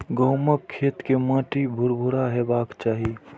गहूमक खेत के माटि भुरभुरा हेबाक चाही